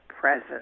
present